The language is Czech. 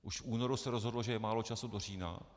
Už v únoru se rozhodlo, že je málo času do října.